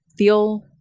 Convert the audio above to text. feel